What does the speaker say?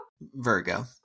Virgo